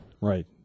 Right